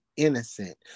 innocent